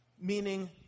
meaning